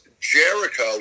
Jericho